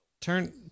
Turn